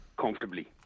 comfortably